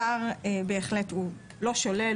השר בהחלט לא שולל,